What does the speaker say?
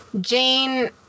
Jane